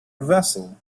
vessel